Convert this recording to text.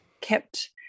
kept